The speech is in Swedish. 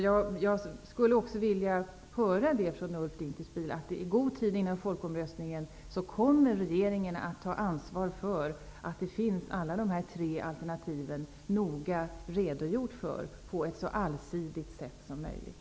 Jag skulle också vilja höra Ulf Dinkelspiel säga att regeringen i god tid före folkomröstningen kommer att ta ansvar för att det noga redogjorts för alla tre alternativ på ett så allsidigt sätt som möjligt.